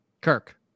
Kirk